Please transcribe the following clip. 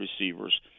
receivers